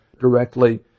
directly